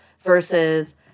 versus